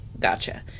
Gotcha